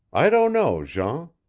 i don't know, jean.